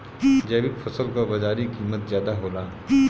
जैविक फसल क बाजारी कीमत ज्यादा होला